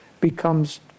becomes